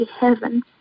heaven